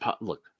look